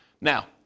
Now